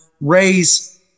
raise